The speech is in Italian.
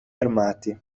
armati